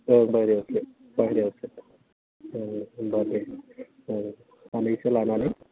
ओं बाहेरायावसो बाहेरायावसो होनबा दे ओं सानैसो लानानै फै